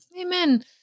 Amen